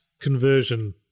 conversion